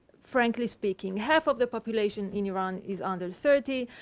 frankly speaking. half of the population in iran is under thirty.